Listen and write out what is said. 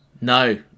No